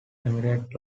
emirates